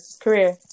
career